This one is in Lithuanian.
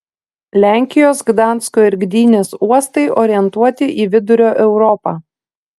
lenkijos gdansko ir gdynės uostai orientuoti į vidurio europą